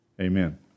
Amen